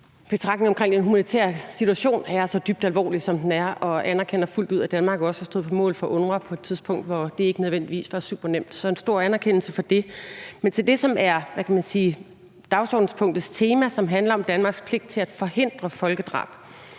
betragtninger omkring den humanitære situation, og at den er så dybt alvorlig, som den er. Jeg anerkender fuldt ud, at Danmark også har stået på mål for UNRWA på et tidspunkt, hvor det ikke nødvendigvis var supernemt. Så en stor anerkendelse for det. Men til det, som er dagsordenspunktets tema, og som handler om Danmarks pligt til at forhindre folkedrab,